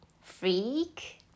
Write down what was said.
freak